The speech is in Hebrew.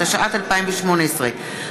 התשע"ט 2018,